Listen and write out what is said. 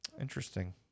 Interesting